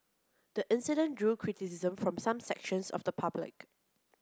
the incident drew criticism from some sections of the public